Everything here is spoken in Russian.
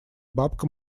бабка